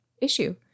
issue